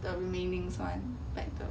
the remaining [one] back to